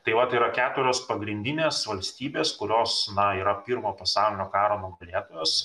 tai vat yra keturios pagrindinės valstybės kurios na yra pirmo pasaulinio karo nugalėtojos